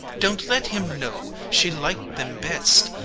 don't let him know she liked them best,